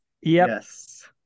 Yes